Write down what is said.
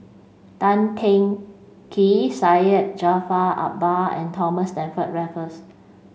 Tan Teng Kee Syed Jaafar Albar and Thomas Stamford Raffles